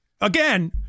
Again